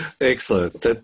Excellent